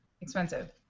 expensive